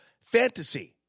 fantasy